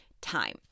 time